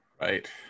right